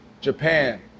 Japan